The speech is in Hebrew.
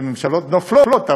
וממשלות נופלות,